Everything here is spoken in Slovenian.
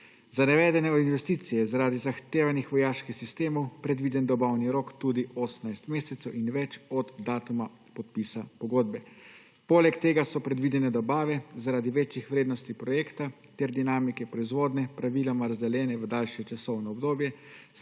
Za navedene investicije je zaradi zahtevanih vojaških sistemov predviden dobavni rok tudi 18 mesecev in več od datuma podpisa pogodbe. Poleg tega so predvidene dobave zaradi večjih vrednosti projekta ter dinamike proizvodnje praviloma razdeljene v daljše časovno obdobje,